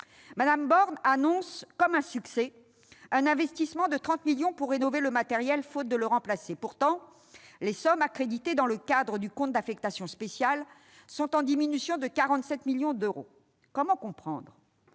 Mme Borne annonce comme un succès un investissement de 30 millions d'euros pour rénover le matériel, faute de le remplacer. Pourtant, les sommes accréditées dans le cadre du compte d'affectation spéciale sont en diminution de 47 millions d'euros. Comment comprendre